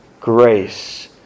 grace